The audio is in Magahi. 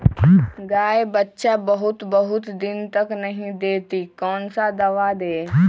गाय बच्चा बहुत बहुत दिन तक नहीं देती कौन सा दवा दे?